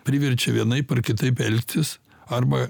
priverčia vienaip ar kitaip elgtis arba